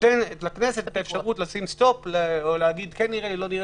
נותן לכנסת את האפשרות לעצור או להגיד אם נראה לה או לא.